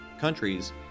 countries